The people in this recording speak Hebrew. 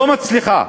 לא מצליחה.